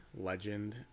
legend